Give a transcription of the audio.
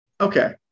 Okay